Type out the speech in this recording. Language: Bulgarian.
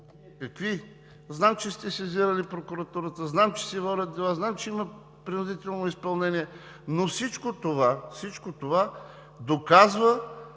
ГЕНОВ: Знам, че сте сезирали прокуратурата, знам, че се водят дела, знам, че има принудително изпълнение, но всичко това доказва